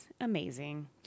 amazing